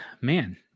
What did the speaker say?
man